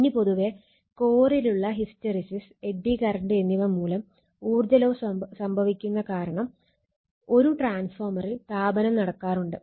ഇനി പൊതുവേ കോറിലുള്ള ഹിസ്റ്റെറിസിസ് എഡ്ഡി കറണ്ട് എന്നിവ മൂലം ഊർജ്ജലോസ് സംഭവിക്കുന്നത് കാരണം ഒരു ട്രാൻസ്ഫോർമറിൽ താപനം നടക്കാറുണ്ട്